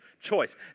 choice